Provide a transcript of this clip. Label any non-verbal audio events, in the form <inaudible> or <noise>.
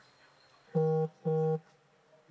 <noise> mm